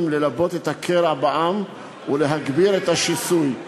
ללבות את הקרע בעם ולהגביר את השיסוי.